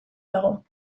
dago